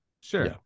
Sure